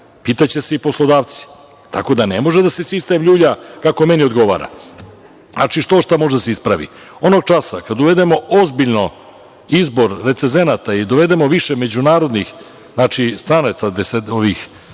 pitaće se i poslodavci. Tako da ne može da se sistem ljulja kako meni odgovara. Znači, štošta može da se ispravi. Onog časa kad uvedemo ozbiljno izbor recezenata i dovedemo više međunarodnih stranaca za proveru